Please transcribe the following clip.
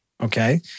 Okay